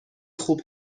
خوب